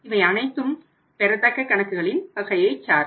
இவை அனைத்தும் பெறத்தக்க கணக்குகளின் வகையை சாரும்